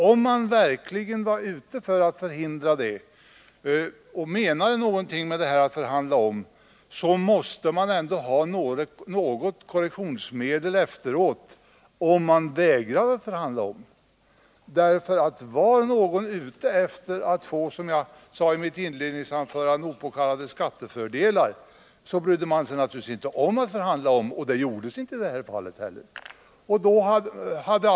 Om ni verkligen försökte förhindra det och menade någonting med kravet på ny förhandling, måste det finnas något korrektionsmedel efteråt, ifall företaget vägrade att förhandla om. Var någon ute efter att få, som jag sade i mitt inledningsanförande, opåkallade skattefördelar, så brydde man sig naturligtvis inte om någon omförhandling. — Och det gjordes ju inte heller i det här fallet.